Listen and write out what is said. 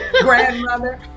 Grandmother